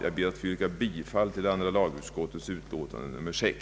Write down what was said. Jag ber att få yrka bifall till andra lagutskottets utlåtande nr 6.